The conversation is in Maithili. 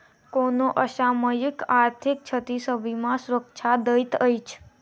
कोनो असामयिक आर्थिक क्षति सॅ बीमा सुरक्षा दैत अछि